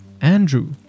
Andrew